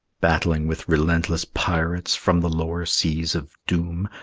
battling with relentless pirates from the lower seas of doom,